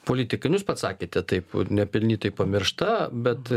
politika nu jūs pats sakėte taip nepelnytai pamiršta bet